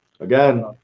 Again